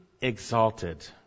exalted